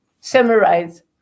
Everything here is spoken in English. summarize